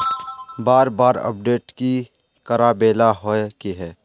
बार बार अपडेट की कराबेला होय है?